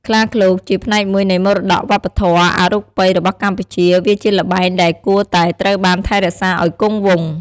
ខ្លាឃ្លោកជាផ្នែកមួយនៃមរតកវប្បធម៌អរូបីរបស់កម្ពុជាវាជាល្បែងដែលគួរតែត្រូវបានថែរក្សាឱ្យគង់វង្ស។